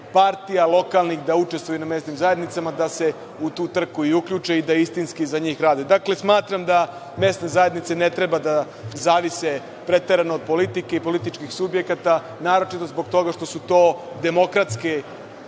partija lokalnih da učestvuju na mesnim zajednicama da se u tu trku i uključe i da istinski za njih rade. Dakle, smatram da mesne zajednice ne treba da zavise preterano od politike i političkih subjekata, naročito zbog toga što su to demokratske